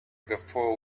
before